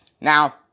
Now